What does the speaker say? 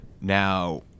Now